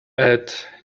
add